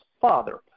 father